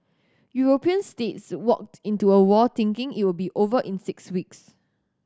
European states walked into a war thinking it will be over in six weeks